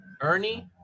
ernie